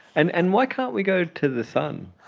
and and why can't we go to the sun?